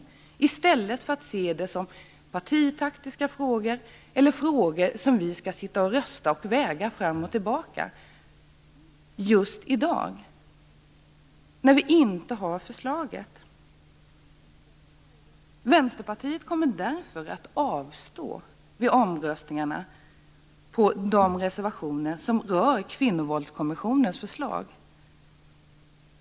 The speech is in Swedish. Det borde vi göra i stället för att se frågorna som partitaktiska eller frågor som vi skall rösta om och väga fram och tillbaka just i dag. Vänsterpartiet kommer därför att avstå från att rösta vid omröstningarna om de reservationer som rör kvinnovåldskommissionens förslag.